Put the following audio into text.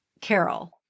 carol